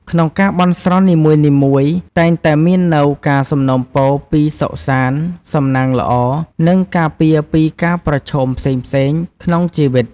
ក្នុងការ បន់ស្រន់នីមួយៗ តែងតែមាននូវ ការសំណូមពរ ពី សុខសាន្ត សំណាងល្អ និង ការពារពីការប្រឈមផ្សេងៗ ក្នុងជីវិត។